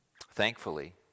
Thankfully